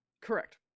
Correct